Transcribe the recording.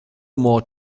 more